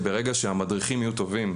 ברגע שהמדריכים יהיו טובים,